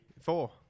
Four